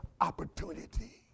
opportunity